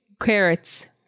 carrots